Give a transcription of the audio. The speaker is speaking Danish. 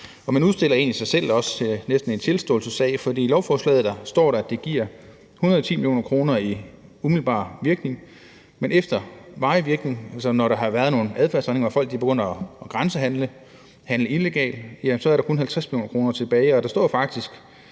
Man udstiller egentlig også sig selv – det er næsten en tilståelsessag. For i lovforslaget står der, at det giver 110 mio. kr. i umiddelbar virkning. Men i varig virkning, altså når der har været nogle adfærdsændringer og folk begynder at grænsehandle og handle illegalt, er der kun 50 mio. kr. tilbage, og der står jo faktisk